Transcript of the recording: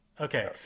Okay